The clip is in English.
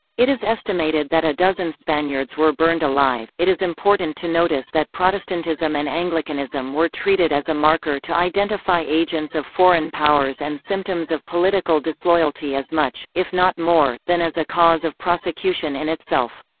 it is estimated that a dozen spaniards were burned alive it is important to notice that protestantism and anglicanism were treated as a marker to identify agents of foreign powers and symptoms of political disloyalty as much, if not more, than as a cause of prosecution in itself.